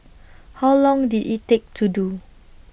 how long did IT take to do